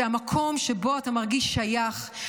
זה המקום שבו אתה מרגיש שייך,